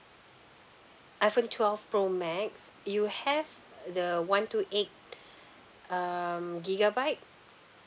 iphone twelve pro max you have the one two eight um gigabyte